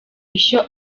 ishyo